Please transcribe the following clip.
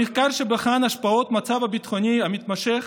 במחקר שבחן את השפעות המצב הביטחוני המתמשך